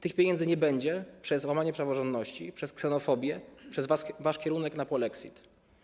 Tych pieniędzy nie będzie przez łamanie praworządności, przez ksenofobię, przez wasz kierunek na polexit.